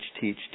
teach